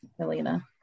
Elena